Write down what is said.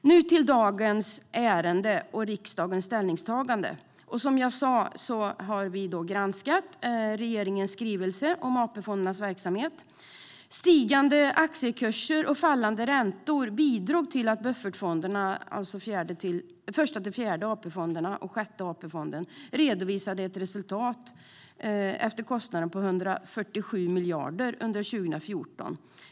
Nu till dagens ärende och riksdagens ställningstagande. Som jag sa har vi granskat regeringens skrivelse om AP-fondernas verksamhet. Stigande aktiekurser och fallande räntor bidrog till att buffertfonderna, alltså Första-Fjärde AP-fonderna samt Sjätte AP-fonden, redovisade ett resultat efter kostnader på 147 miljarder under 2014.